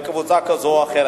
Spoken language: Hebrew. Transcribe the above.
טלב אלסאנע וחבר הכנסת זחאלקה.